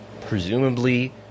Presumably